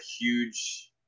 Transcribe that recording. huge